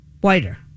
whiter